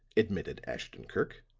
admitted ashton-kirk,